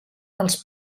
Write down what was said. dels